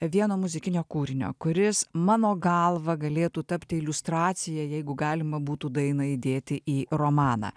vieno muzikinio kūrinio kuris mano galva galėtų tapti iliustracija jeigu galima būtų dainą įdėti į romaną